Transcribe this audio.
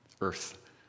earth